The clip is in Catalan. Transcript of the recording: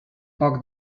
poc